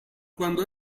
quando